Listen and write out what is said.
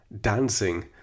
dancing